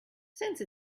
since